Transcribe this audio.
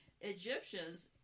Egyptians